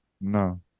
no